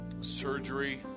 surgery